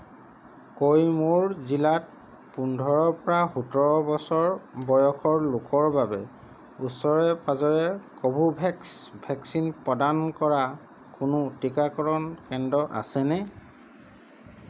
কৈমুৰ জিলাত পোন্ধৰৰ পৰা সোতৰ বছৰ বয়সৰ লোকৰ বাবে ওচৰে পাঁজৰে কোভোভেক্স ভেকচিন প্ৰদান কৰা কোনো টীকাকৰণ কেন্দ্ৰ আছেনে